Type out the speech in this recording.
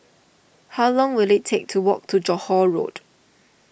how long will it take to walk to Johore Road